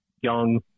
young